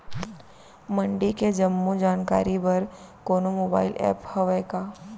मंडी के जम्मो जानकारी बर कोनो मोबाइल ऐप्प हवय का?